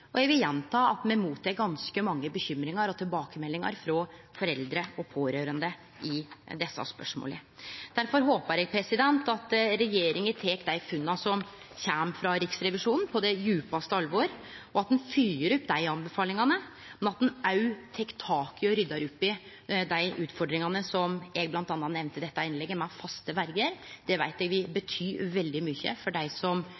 og eg vil gjenta at me tek imot ganske mange bekymringar og tilbakemeldingar frå foreldre og pårørande i desse spørsmåla. Difor håpar eg at regjeringa tek dei funna som kjem frå Riksrevisjonen, på det djupaste alvor, og at ein fylgjer opp anbefalingane, men at ein òg tek tak i og ryddar opp i dei utfordringane som eg bl.a. nemnde i dette innlegget, med faste verjer. Det veit eg vil bety veldig mykje for dei som